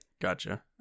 Gotcha